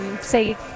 say